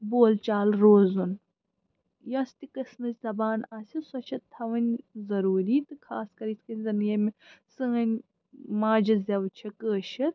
بول چال روزُن یۄس تہِ قٕسمٕچ زَبان آسہِ سۄ چھِ تھاوٕنۍ ضروٗری تہٕ خاص کَر یِتھ کٔنۍ زَن ییٚمہِ سٲنۍ ماجہِ زیٚو چھِ کٲشُر